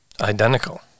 Identical